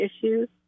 issues